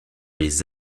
les